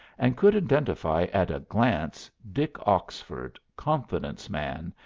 and could identify at a glance dick oxford, confidence man,